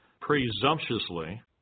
presumptuously